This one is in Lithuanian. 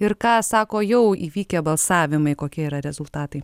ir ką sako jau įvykę balsavimai kokie yra rezultatai